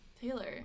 Taylor